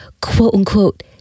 quote-unquote